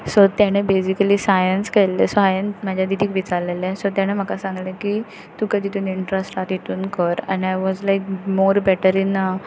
so तेणें basically science केल्लें so हायें म्हाज्या दिदीक विचारलेलें तेणें म्हाका सांगलें की तुका जेतून इंट्रस्ट आहा तितून कर आनी I was like more better in